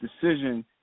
decision